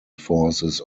forces